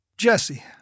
Jesse